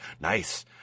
nice